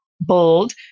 bold